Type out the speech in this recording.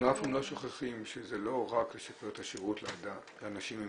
אנחנו אף פעם לא שוכחים שזה לא רק לשפר את השירות לאנשים עם